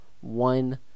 one